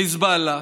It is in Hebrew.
חיזבאללה,